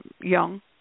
young